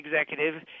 executive